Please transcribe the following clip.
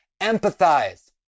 empathize